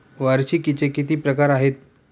वार्षिकींचे किती प्रकार आहेत?